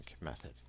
method